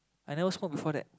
I never smoke before that